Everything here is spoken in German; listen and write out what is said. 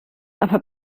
aber